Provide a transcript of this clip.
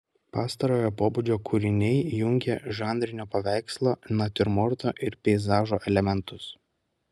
pastarojo pobūdžio kūriniai jungė žanrinio paveikslo natiurmorto ir peizažo elementus